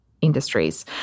industries